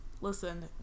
listen